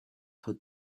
put